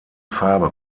farbe